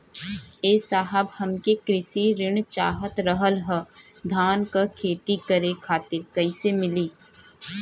ए साहब हमके कृषि ऋण चाहत रहल ह धान क खेती करे खातिर कईसे मीली?